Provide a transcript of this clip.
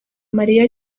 mariya